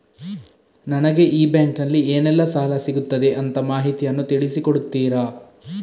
ನನಗೆ ಈ ಬ್ಯಾಂಕಿನಲ್ಲಿ ಏನೆಲ್ಲಾ ಸಾಲ ಸಿಗುತ್ತದೆ ಅಂತ ಮಾಹಿತಿಯನ್ನು ತಿಳಿಸಿ ಕೊಡುತ್ತೀರಾ?